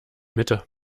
mitte